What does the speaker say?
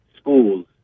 schools